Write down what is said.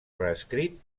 reescrit